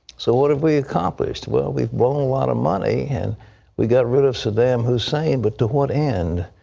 so what have we accomplished? well, we've blown a lot of money, and we got rid of saddam hussein, but to what end?